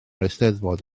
eisteddfod